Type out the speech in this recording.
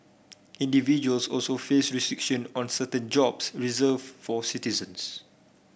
individuals also face restriction on certain jobs reserved for citizens